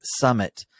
Summit